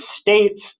states